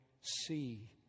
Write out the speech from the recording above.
see